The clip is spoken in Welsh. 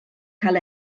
cael